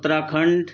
Uttarakhand